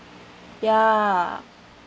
ya